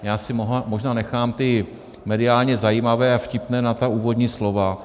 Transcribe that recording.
Já si možná nechám ty mediálně zajímavé a vtipné na ta úvodní slova.